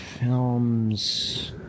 films